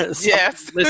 Yes